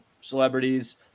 celebrities